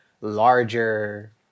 larger